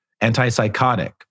antipsychotic